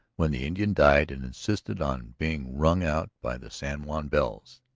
when the indian died and insisted on being rung out by the san juan bells.